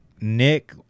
Nick